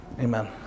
Amen